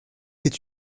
c’est